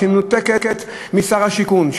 תוכנית שמנותקת משר השיכון,